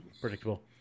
predictable